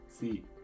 See